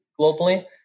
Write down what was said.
globally